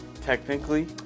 Technically